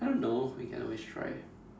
I don't know we can always try